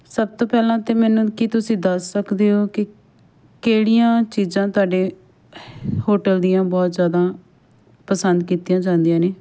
ਸਭ ਤੋਂ ਪਹਿਲਾਂ ਤਾਂ ਮੈਨੂੰ ਕੀ ਤੁਸੀਂ ਦੱਸ ਸਕਦੇ ਹੋ ਕਿ ਕਿਹੜੀਆਂ ਚੀਜ਼ਾਂ ਤੁਹਾਡੇ ਹੋਟਲ ਦੀਆਂ ਬਹੁਤ ਜ਼ਿਆਦਾ ਪਸੰਦ ਕੀਤੀਆਂ ਜਾਂਦੀਆਂ ਨੇ